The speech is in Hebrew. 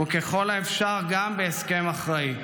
וככל האפשר גם בהסכם אחראי".